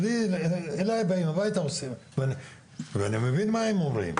אליי הביתה הם מגיעים ואני מבין מה הם אומרים.